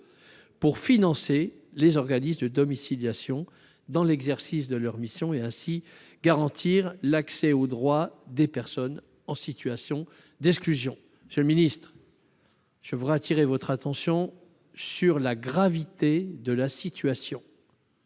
pour financer les organismes de domiciliation dans l'exercice de leur mission et ainsi garantir l'accès aux droits des personnes en situation d'exclusion, monsieur le Ministre. Je voudrais attirer votre attention sur la gravité de la situation.